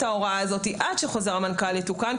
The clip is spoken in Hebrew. ההוראה הזאת עד שחוזר המנכ"ל יתוקן,